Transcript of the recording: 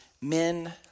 men